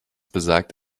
besagt